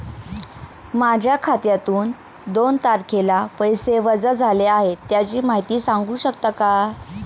माझ्या खात्यातून दोन तारखेला पैसे वजा झाले आहेत त्याची माहिती सांगू शकता का?